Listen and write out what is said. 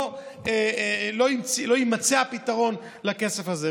לא יימצא הפתרון לכסף הזה.